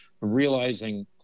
realizing